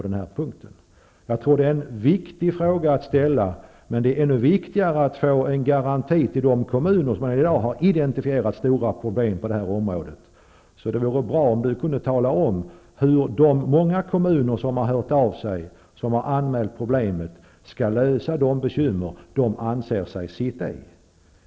Jag tror att det är en viktig fråga att ställa, men det är ännu viktigare att få en garanti till de kommuner som i dag har identifierat stora problem på detta område. Det vore bra om Lennart Hedquist kunde tala om hur de många kommuner som har hört av sig och som har anmält problemet skall lösa de bekymmer de anser sig ha.